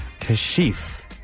Kashif